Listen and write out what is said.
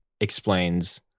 explains